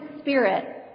spirit